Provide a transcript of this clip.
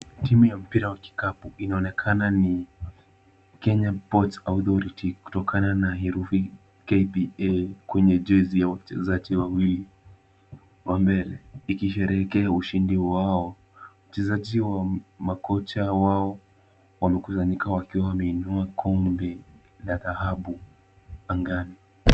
Timu ya mpira wa kikapu inaonekana ni Kenya ports authority, kutokana na herufi KPA, kwenye jezi ya wachezaji wawili wa mbele, ikisherekea ushindi wao. Wachezaji, makocha wao wamekusanyika wakiwa wameinua kombe la dhahabu angani.